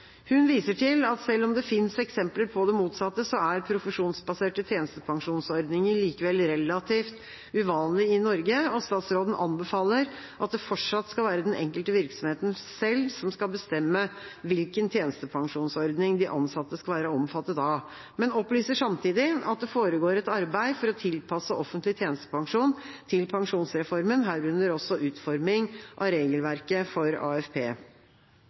Hun viser til at selv om det finnes eksempler på det motsatte, er profesjonsbaserte tjenestepensjonsordninger likevel relativt uvanlig i Norge. Statsråden anbefaler at det fortsatt skal være den enkelte virksomheten selv som skal bestemme hvilken tjenestepensjonsordning de ansatte skal være omfattet av, men opplyser samtidig at det foregår et arbeid for å tilpasse offentlig tjenestepensjon til pensjonsreformen, herunder også utforming av regelverket for AFP.